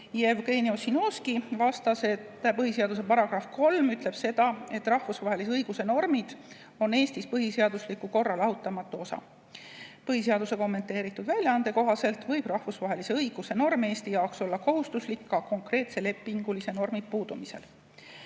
Jevgeni Ossinovski vastas, et põhiseaduse § 3 ütleb, et rahvusvahelise õiguse normid on Eestis põhiseadusliku korra lahutamatu osa. Põhiseaduse kommenteeritud väljaande kohaselt võib rahvusvahelise õiguse norm Eesti jaoks olla kohustuslik ka konkreetse lepingulise normi puudumise